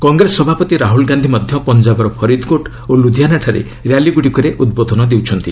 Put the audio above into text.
କଂଗ୍ରେସ ସଭାପତି ରାହୁଲ ଗାନ୍ଧି ମଧ୍ୟ ପଞ୍ଜାବର ଫରିଦକୋଟ୍ ଓ ଲୁଧିଆନାଠାରେ ର୍ୟାଲିଗୁଡ଼ିକରେ ଉଦ୍ବୋଧନ ଦେଉଛନ୍ତି